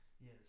Yes